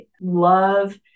love